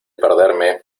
perderme